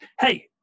hey